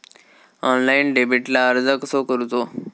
Online डेबिटला अर्ज कसो करूचो?